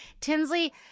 Tinsley